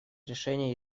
решение